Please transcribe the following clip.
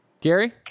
Gary